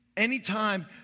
Anytime